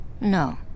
No